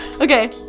Okay